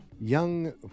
young